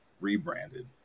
rebranded